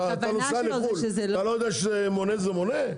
אתה נוסע לחו"ל, אתה לא יודע שמונה זה מונה?